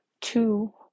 Two